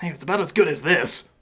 it's about as good as this.